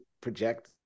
project